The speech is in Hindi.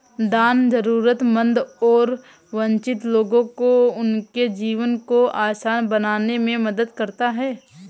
दान जरूरतमंद और वंचित लोगों को उनके जीवन को आसान बनाने में मदद करता हैं